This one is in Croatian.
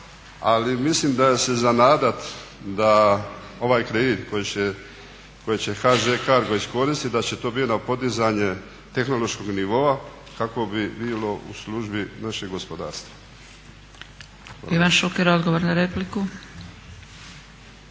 ali mislim da se je za nadat da ovaj kredit koji će HŽ Cargo iskoristiti da će to biti na podizanje tehnološkog nivoa kako bi bilo u službi našeg gospodarstva. **Zgrebec, Dragica